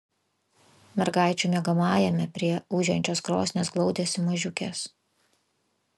mergaičių miegamajame prie ūžiančios krosnies glaudėsi mažiukės